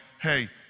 hey